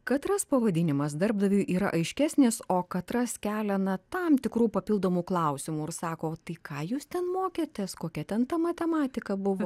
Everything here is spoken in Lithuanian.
katras pavadinimas darbdaviui yra aiškesnis o katras kelia nuo tam tikrų papildomų klausimų ir sako tai ką jūs ten mokėtės kokia ten ta matematika buvo